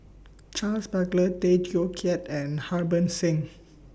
Charles Paglar Tay Teow Kiat and Harbans Singh